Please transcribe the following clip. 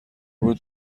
بود